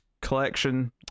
collection